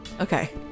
Okay